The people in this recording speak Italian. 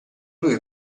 lui